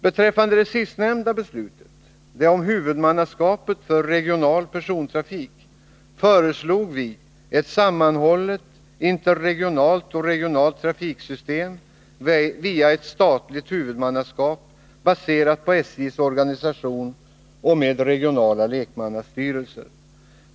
Beträffande dét sistnämnda beslutet, det om huvudmannaskapet för regional persontrafik, föreslog vi ett sammanhållet interregionalt och regionalt trafiksystem via ett statligt huvudmannaskap baserat på SJ:s organisation och med regionala lekmannastyrelser.